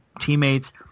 teammates